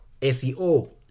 SEO